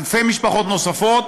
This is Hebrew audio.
אלפי משפחות נוספות,